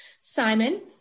Simon